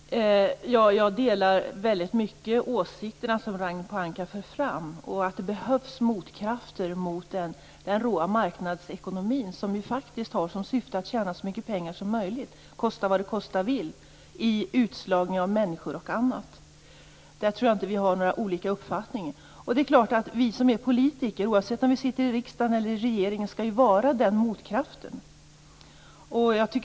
Herr talman! Jag delar i hög grad de åsikter som Ragnhild Pohanka för fram. Det behövs motkrafter mot den råa marknadsekonomin, som ju faktiskt har som syfte att tjäna så mycket pengar som möjligt, kosta vad det kosta vill i utslagning av människor och annat. Om det tror jag inte vi har olika uppfattningar. Vi som är politiker, oavsett om vi sitter i riksdagen eller i regeringen, skall ju vara den motkraften.